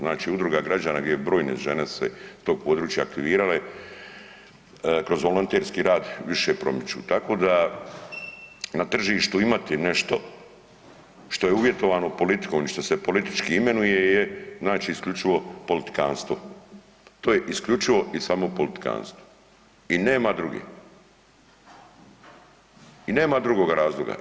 Znači udruga građana gdje brojne žene se s tog područja aktivirale kroz volonterski rad više promiču, tako da na tržištu imati nešto što je uvjetovano politikom i što se politički imenuje je isključivo politikanstvo, to je isključivo i samo politikanstvo i nema druge i nema drugoga razloga.